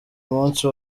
munsi